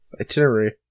itinerary